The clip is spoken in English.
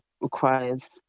requires